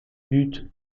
buts